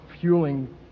fueling